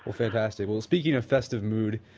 fantastic. well, speaking of festive mood,